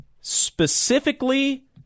specifically